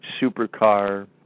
Supercar